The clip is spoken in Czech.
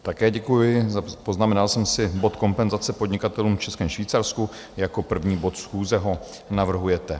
Také děkuji, poznamenal jsem si bod Kompenzace podnikatelům v Českém Švýcarsku, jako první bod schůze ho navrhujete.